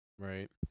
Right